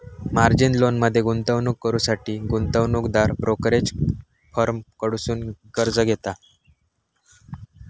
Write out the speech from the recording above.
margin लोनमध्ये गुंतवणूक करुसाठी गुंतवणूकदार ब्रोकरेज फर्म कडसुन कर्ज घेता